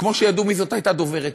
כמו שידעו מי הייתה דוברת צה"ל.